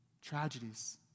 tragedies